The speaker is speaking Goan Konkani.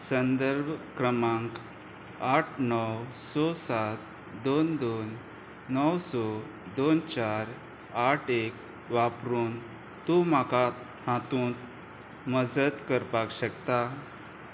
संदर्भ क्रमांक आठ णव स सात दोन दोन णव स दोन चार आठ एक वापरून तूं म्हाका हातूंत मजत करपाक शकता